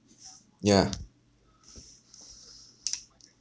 yeah